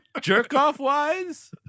jerk-off-wise